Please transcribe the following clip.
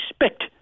respect